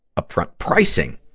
up-front pricing,